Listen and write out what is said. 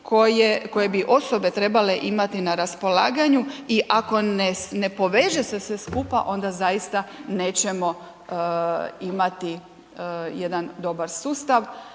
koje bi osobe trebale imati na raspolaganju i ako ne poveže se sve skupa, onda zaista nećemo imati jedan dobar sustav,